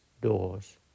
doors